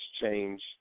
change